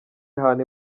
hantu